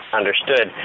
understood